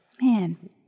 Man